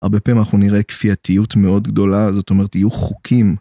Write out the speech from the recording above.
הרבה פעמים אנחנו נראה כפייתיות מאוד גדולה, זאת אומרת יהיו חוקים.